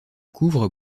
couvre